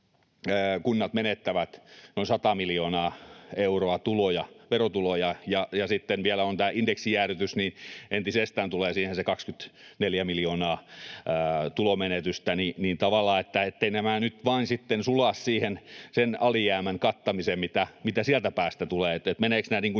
kunnat menettävät noin 100 miljoonaa euroa verotuloja, ja kun sitten vielä on tämä indeksijäädytys, niin entisestään tulee siihen se 24 miljoonaa tulonmenetystä. Etteivät nämä nyt vain sitten sulaisi sen alijäämän kattamiseen, mitä sieltä päästä tulee — menevätkö nämä rahat